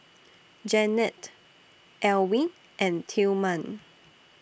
Janette Elwyn and Tillman